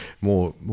more